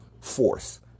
force